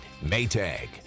Maytag